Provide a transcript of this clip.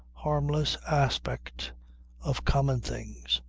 harmless aspect of common things,